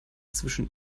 zwischen